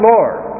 Lord